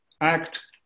Act